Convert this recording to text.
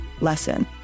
lesson